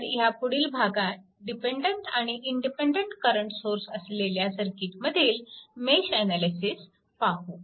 तर ह्यापुढील भागात डिपेन्डन्ट आणि इंडिपेन्डन्ट करंट सोर्स असलेल्या सर्किटमधील मेश अनालिसिस पाहू